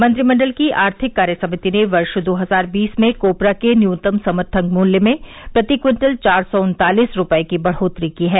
मंत्रिमंडल की आर्थिक कार्य समिति ने वर्ष दो हजार बीस में कोपरा के न्यूनतम समर्थन मूल्य में प्रति क्विंटल चार सौ उन्तालीस रूपए की बढ़ोतरी की है